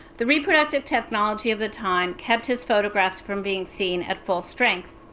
the reproductive technology of the time kept his photographs from being seen at full strength.